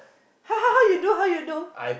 how how how you do how you do